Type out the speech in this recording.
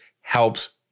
helps